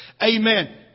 Amen